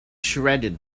shredded